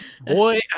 Boy